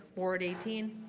ward eighteen.